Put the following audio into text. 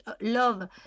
love